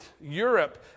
Europe